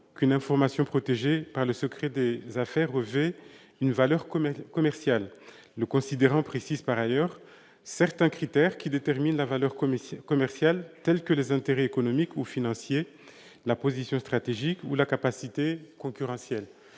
qu'une information protégée par le secret des affaires revêt une valeur commerciale. Il précise par ailleurs certains critères qui déterminent la valeur commerciale, comme les intérêts économiques ou financiers, la position stratégique ou la capacité concurrentielle.